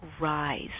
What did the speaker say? rise